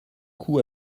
coup